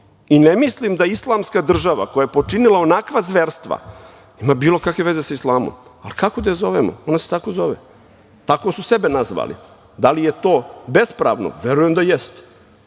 mislim da Islamska država, koja je počinila onakva zverstva, ima bilo kakve veze sa islamom, ali kako da je zovemo? Ona se tako zove. Tako su sebe nazvali. Da li je to bespravno? Verujem da jeste.